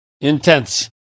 Intense